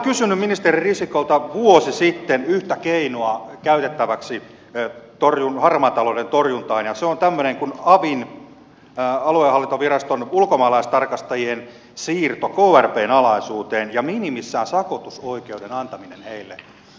olen kysynyt ministeri risikolta vuosi sitten yhtä keinoa käytettäväksi harmaan talouden torjuntaan ja se on tämmöinen kuin avin aluehallintoviraston ulkomaalaistarkastajien siirto krpn alaisuuteen ja minimissään sakotusoikeuden antaminen heille